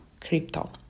Crypto